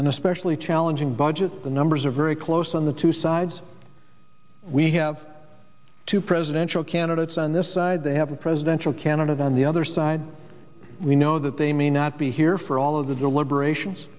an especially challenging budget the numbers are very close on the two sides we have two presidential candidates on this side they have a presidential candidate on the other side we know that they may not be here for all of the deliberations